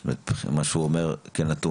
לפי מה שהוא אומר כנתון.